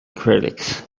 critics